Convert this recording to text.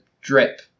drip